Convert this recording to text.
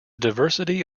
diversity